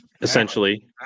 Essentially